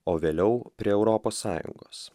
o vėliau prie europos sąjungos